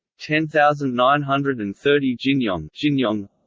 ten thousand nine hundred and thirty jinyong jinyong